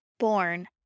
born